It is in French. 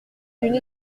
une